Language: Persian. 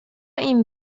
این